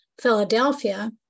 Philadelphia